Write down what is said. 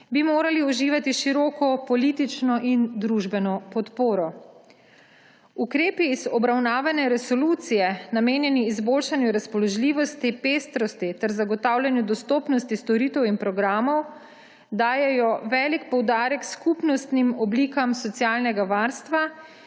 bi morali uživati široko politično in družbeno podporo. Ukrepi iz obravnavane resolucije, namenjeni izboljšanju razpoložljivosti, pestrosti ter zagotavljanju dostopnosti storitev in programov, dajejo velik poudarek skupnostnim oblikam socialnega varstva,